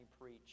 preach